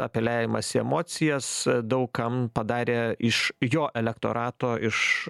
apeliavimas į emocijas daug kam padarė iš jo elektorato iš